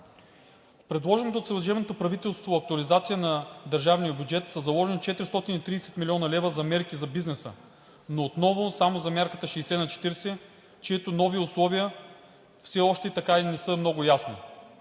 предложената от служебното правителство актуализация на държавния бюджет са заложени 430 млн. лв. за мерки за бизнеса, но отново само за Мярката 60/40, чийто нови условия все още така и не са много ясни.